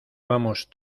vamos